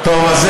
טוב.